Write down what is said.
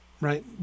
Right